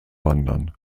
wandern